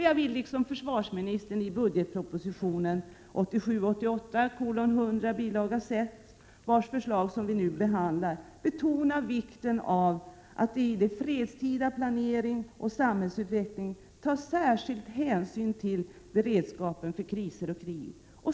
Jag vill liksom försvarsministern i bilaga 6 i budgetpropositionen 1987/88, som vi nu behandlar, betona vikten av att det i fredstida planering och samhällsutveckling tas särskilda hänsyn till beredskapen för kriser och krig.